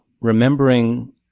remembering